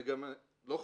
זה גם לא חדש,